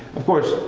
of course,